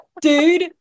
dude